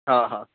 हा हा